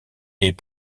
est